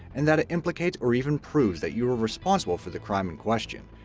and that it implicates or even proves that you were responsible for the crime in question.